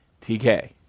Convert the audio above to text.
TK